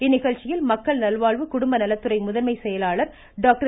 இந்நிகழ்ச்சியில் மக்கள் நல்வாழ்வு குடும்ப நலத்துறை முதன்மை செயலர் டாக்டர்